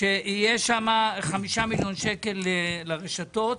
שיהיו שם 5 מיליון שקלים לרשתות,